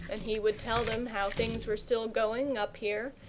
and he would tell them how things were still going, up here,